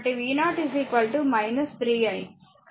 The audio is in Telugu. కాబట్టి ఇది v0 3 i